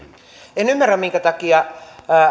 en ymmärrä minkä takia